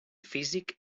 físic